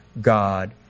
God